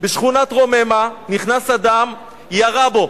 בשכונת רוממה, נכנס אדם וירה בו.